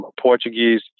Portuguese